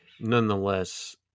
nonetheless